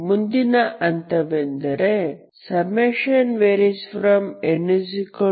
ಮುಂದಿನ ಹಂತವೆಂದರೆ n02nk